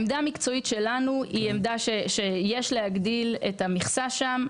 העמדה מקצועית שלנו, היא שיש להגדיל את המכסה שם.